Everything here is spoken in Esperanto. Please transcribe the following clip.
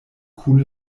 kun